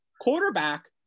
quarterback